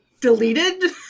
deleted